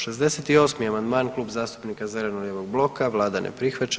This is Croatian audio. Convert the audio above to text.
68. amandman, Klub zastupnika zeleno-lijevog bloka, Vlada ne prihvaća.